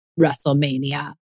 WrestleMania